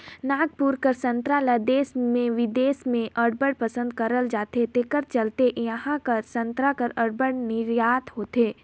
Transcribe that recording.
नागपुर कर संतरा ल देस में बिदेस में अब्बड़ पसंद करल जाथे जेकर चलते इहां कर संतरा कर अब्बड़ निरयात होथे